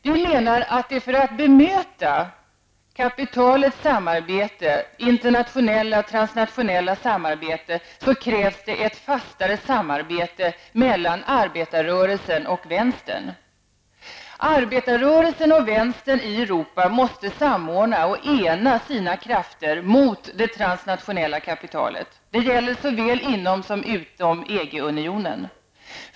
Vi menar att det, för att bemöta kapitalets internationella och transnationella samarbete, krävs ett fastare samarbete mellan arbetarrörelsen och vänstern. Arbetarrörelsen och vänstern i Europa måste samordna och ena sina krafter mot det transnationella kapitalet. Det gäller såväl inom som utom EG-unionen.